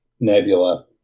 nebula